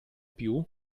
più